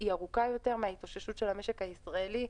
היא ארוכה יותר מההתאוששות של המשק הישראלי.